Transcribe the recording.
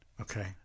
Okay